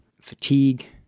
fatigue